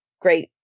great